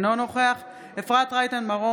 אינו נוכח אפרת רייטן מרום,